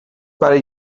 برای